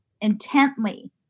intently